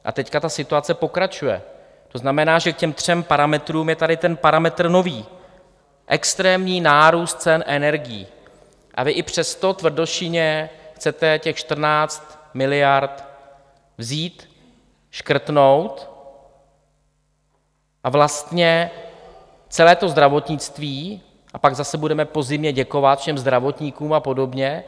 A teď ta situace pokračuje, to znamená, že k těm třem parametrům je tady ten parametr nový, extrémní nárůst cen energií, a vy i přesto tvrdošíjně chcete těch 14 miliard vzít, škrtnout a vlastně celé to zdravotnictví a pak zase budeme po zimě děkovat všem zdravotníkům a podobně.